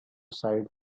side